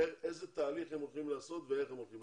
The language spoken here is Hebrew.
ושיאמרו